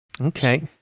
Okay